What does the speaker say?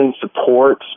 support